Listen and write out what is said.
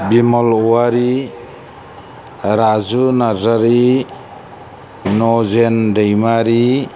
बिमल वारि राजु नार्जारि नजेन दैमारि